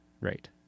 Right